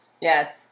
Yes